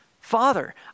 Father